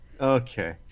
Okay